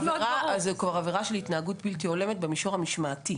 זו כבר עבירה של התנהגות בלתי הולמת במישור המשמעתי.